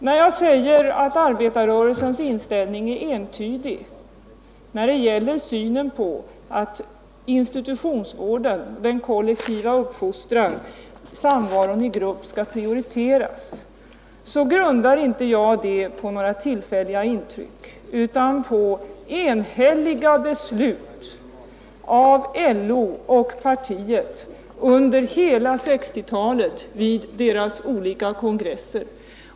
När jag säger att arbetarrörelsens inställning är entydig när det gäller synen på den institutionella barnavården, att den kollektiva uppfostran och samvaron i grupp skall prioriteras, grundar jag inte det uttalandet på några tillfälliga intryck utan på enhälliga beslut av LO och av partiet under hela 1960-talet vid deras olika kongresser.